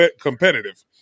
competitive